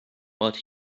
what